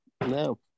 no